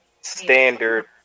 standard